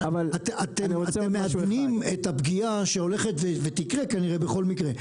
אתם מאבנים את הפגיעה שהולכת ותקרה כנראה בכל מקרה,